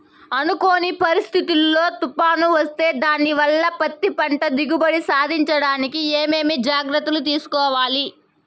అనుకోని పరిస్థితుల్లో తుఫాను వస్తే దానివల్ల పత్తి పంట దిగుబడి సాధించడానికి ఏమేమి జాగ్రత్తలు తీసుకోవాలి?